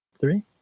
Three